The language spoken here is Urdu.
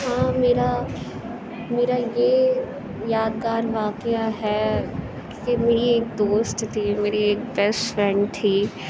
ہاں میرا میرا یہ یادگار واقعہ ہے کہ میری ایک دوست تھی میری ایک بیسٹ فرینڈ تھی